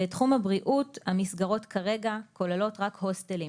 בתחום הבריאות המסגרות כרגע כוללות רק הוסטלים.